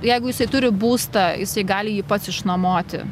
jeigu jisai turi būstą jisai gali jį pats išnuomoti